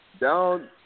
Down